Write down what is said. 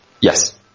yes